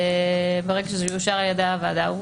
ברגע שזה יאושר על-ידי הוועדה,